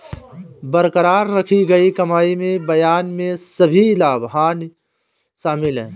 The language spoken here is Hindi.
बरकरार रखी गई कमाई में बयान में सभी लाभ और हानि शामिल हैं